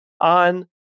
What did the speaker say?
on